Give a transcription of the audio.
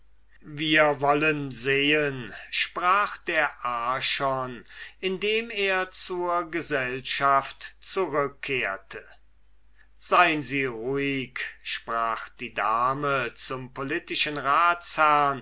wir wollen sehen sprach der archon indem er zur gesellschaft zurückkehrte sein sie ruhig sprach die dame zum politischen